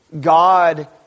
God